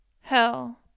Hell